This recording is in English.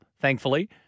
thankfully